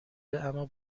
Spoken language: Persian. اما